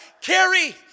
carry